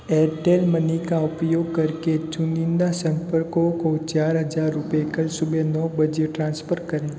Airtel money का उपयोग करके चुनिंदा संपर्कों को चार हज़ार रुपये कल सुबह नौ बजे ट्रांसफ़र करें